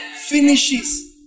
Finishes